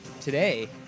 Today